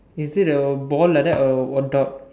is it a ball like that or what dot